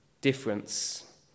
difference